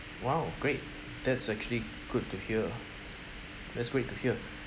!wow! great that's actually good to hear that's great to hear